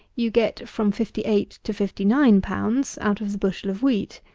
you get from fifty-eight to fifty-nine pounds out of the bushel of wheat.